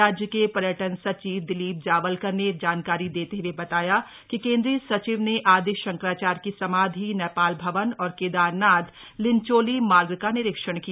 राज्य के पर्यटन सचिव दिलीप जावलकर ने जानकारी देते हये बताया कि केंद्रीय सचिव ने आदिशंकराचार्य की समाधि नेपाल भवन और केदारनाथ लिंचोली मार्ग का निरीक्षण किया